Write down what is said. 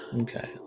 Okay